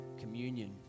communion